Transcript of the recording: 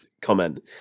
comment